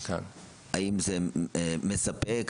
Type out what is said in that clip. האם זה מספק?